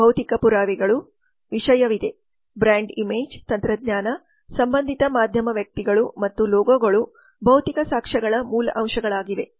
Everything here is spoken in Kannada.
ಭೌತಿಕ ಪುರಾವೆಗಳು ವಿಷಯವಿದೆ ಬ್ರಾಂಡ್ ಇಮೇಜ್ ತಂತ್ರಜ್ಞಾನ ಸಂಬಂಧಿತ ಮಾಧ್ಯಮ ವ್ಯಕ್ತಿಗಳು ಮತ್ತು ಲೋಗೊಗಳು ಭೌತಿಕ ಸಾಕ್ಷ್ಯಗಳ ಮೂಲ ಅಂಶಗಳಾಗಿವೆ